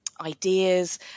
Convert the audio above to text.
ideas